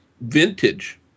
vintage